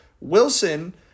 Wilson